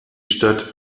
stadt